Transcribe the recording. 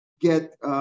get